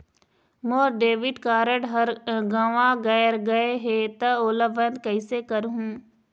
मोर debit card हर गंवा गैर गए हे त ओला बंद कइसे करहूं?